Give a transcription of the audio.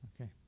Okay